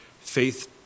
faith